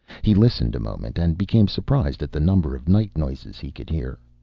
he listened a moment, and became surprised at the number of night noises he could hear.